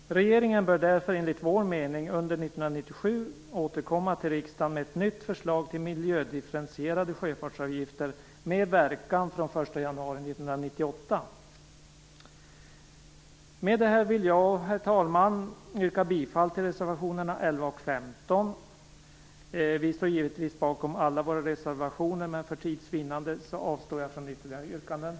Regeringen bör därför, enligt vår mening, under 1997 återkomma till riksdagen med ett nytt förslag till miljödifferentierade sjöfartsavgifter med verkan från den 1 januari 1998. Med detta vill jag, herr talman, yrka bifall till reservationerna 11 och 15. Vi står givetvis bakom alla våra reservationer, men för tids vinnande avstår jag från ytterligare yrkanden.